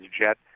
jet